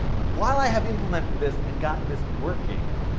while i have implemented this and gotten this working,